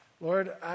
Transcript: Lord